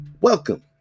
Welcome